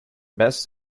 best